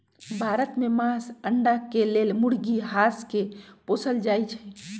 भारत में मास, अण्डा के लेल मुर्गी, हास के पोसल जाइ छइ